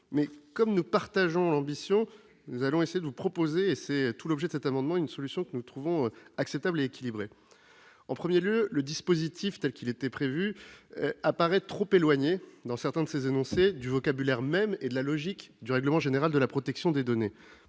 mais, comme nous partageons cette ambition, nous allons vous proposer- c'est tout l'objet de cet amendement -une solution que nous trouvons acceptable et équilibrée. En premier lieu, le dispositif prévu apparaît trop éloigné, dans certains de ses énoncés, du vocabulaire même et de la logique du règlement général de la protection des données.